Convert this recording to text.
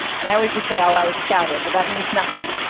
and i always just say, oh, i was scouted, but that means nothing.